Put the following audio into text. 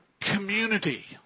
community